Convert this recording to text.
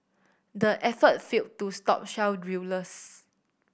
the effort failed to stop shale drillers